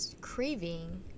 craving